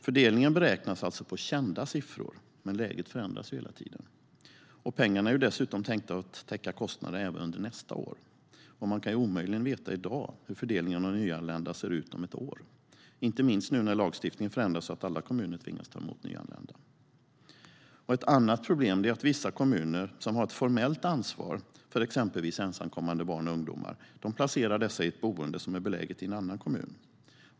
Fördelningen beräknas alltså på kända siffror, men läget förändras ju hela tiden. Pengarna är dessutom tänkta att täcka kostnader även under nästa år. Det är omöjligt att veta i dag hur fördelningen av nyanlända kommer att se ut om ett år, inte minst nu när lagstiftningen förändras så att alla kommuner tvingas ta emot nyanlända. Ett annat problem är att vissa kommuner som har ett formellt ansvar för exempelvis ensamkommande barn och ungdomar placerar dessa i ett boende som är beläget i en annan kommun.